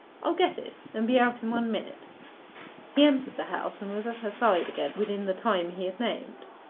i'll get it, and be out in one minute he entered the house and was at her side again within the time he had named.